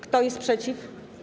Kto jest przeciw?